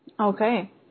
okay